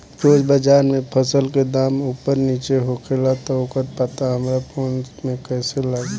रोज़ बाज़ार मे फसल के दाम ऊपर नीचे होखेला त ओकर पता हमरा फोन मे कैसे लागी?